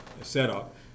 setup